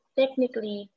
technically